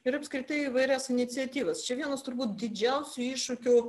ir apskritai įvairias iniciatyvas čia vienas turbūt didžiausių iššūkių